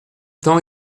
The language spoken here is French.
temps